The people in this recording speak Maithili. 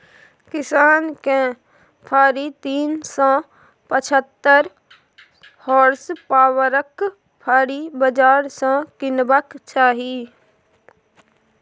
किसान केँ फारी तीस सँ पचहत्तर होर्सपाबरक फाड़ी बजार सँ कीनबाक चाही